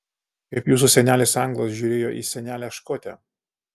kaip jūsų senelis anglas žiūrėjo į senelę škotę